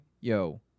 yo